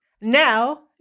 Now